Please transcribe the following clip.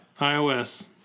iOS